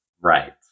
right